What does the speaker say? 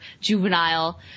juvenile